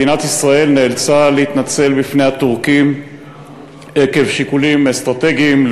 מדינת ישראל נאלצה להתנצל בפני הטורקים עקב שיקולים אסטרטגיים,